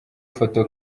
foto